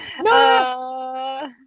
No